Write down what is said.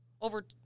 Over